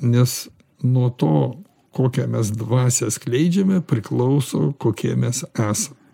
nes nuo to kokią mes dvasią skleidžiame priklauso kokie mes esam